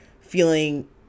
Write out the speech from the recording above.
feeling